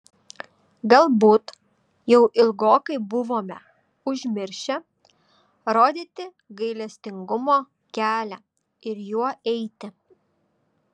galbūt jau ilgokai buvome užmiršę rodyti gailestingumo kelią ir juo eiti